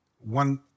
one